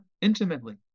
intimately